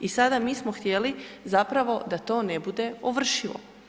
I sada mi smo htjeli zapravo da to ne bude ovršivo.